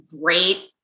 great